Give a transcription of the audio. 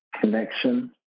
connection